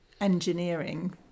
engineering